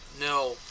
No